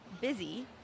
busy